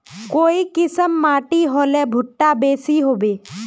काई किसम माटी होले भुट्टा बेसी होबे?